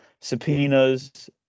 subpoenas